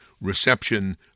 reception